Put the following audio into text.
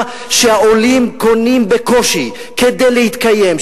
שהעולים קונים בקושי כדי להתקיים,